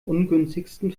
ungünstigsten